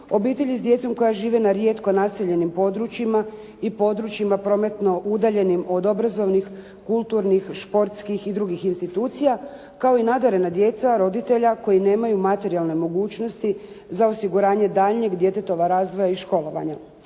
obitelji s djecom koja žive na rijetko naseljenim područjima i područjima prometno udaljenim od obrazovnih, kulturnih, športskih i drugih institucija, kao i nadarena djeca roditelja koji nemaju materijalne mogućnosti za osiguranje daljnjeg djetetova razvoja i školovanja.